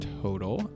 total